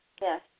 Yes